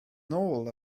nôl